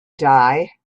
die